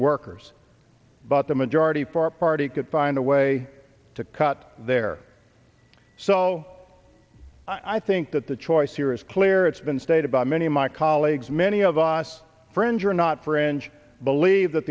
workers but the majority for our party could find a way to cut their so i think that the choice here is clear it's been stated by many of my colleagues many of us friends are not fringe believe that